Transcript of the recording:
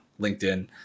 linkedin